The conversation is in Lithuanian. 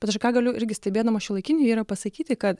bet aš ką galiu irgi stebėdama šiuolaikinį vyrą pasakyti kad